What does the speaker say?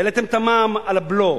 העליתם את המע"מ על הבלו,